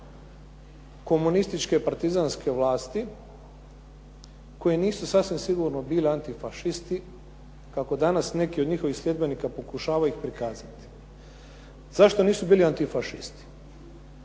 komunističke, partizanske vlasti koje nisu sasvim sigurno bile antifašisti kako danas neki od njihovih sljedbenika pokušavaju ih prikazati. Zašto nisu bili antifašisti?